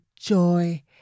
joy